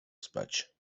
spać